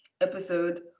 episode